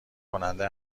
کننده